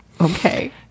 Okay